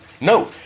No